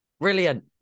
Brilliant